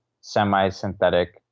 semi-synthetic